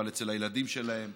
אבל אצל הילדים שלהם,